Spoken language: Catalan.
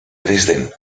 dresden